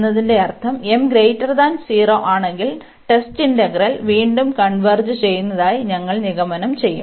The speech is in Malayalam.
എന്നതിന്റെ അർത്ഥം m 0 ആണെങ്കിൽ ടെസ്റ്റ് ഇന്റഗ്രൽ വീണ്ടും കൺവെർജ് ചെയ്യുന്നതായി ഞങ്ങൾ നിഗമനം ചെയ്യും